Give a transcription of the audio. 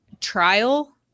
trial